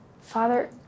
father